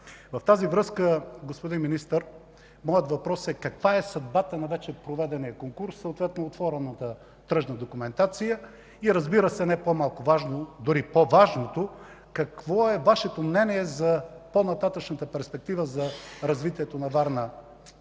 В тази връзка, господин Министър, моят въпрос е: каква е съдбата на вече проведения конкурс, отворената тръжна документация и, разбира се, не по-малко важното, дори по-важното – какво е Вашето мнение за по-нататъшната перспектива за развитието на пристанище